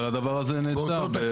אבל הדבר הזה נעצר במשרד האוצר.